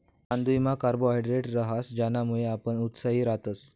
तांदुयमा कार्बोहायड्रेट रहास ज्यानामुये आपण उत्साही रातस